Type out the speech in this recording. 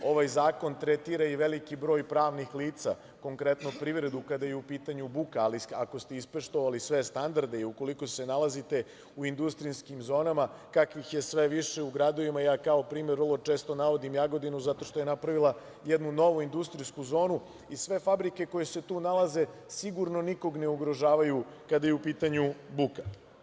Ovaj zakon tretira i veliki broj pravnih lica, konkretno privredu, kada je u pitanju buka, ali ako ste ispoštovali sve standarde i ukoliko se nalazite u industrijskim zonama kakvih je sve više u gradovima, ja kao primer vrlo često navodim Jagodinu zato što je napravila jednu novu industrijsku zonu i sve fabrike koje se tu nalaze sigurno nikoga ne ugrožavaju kada je u pitanju buka.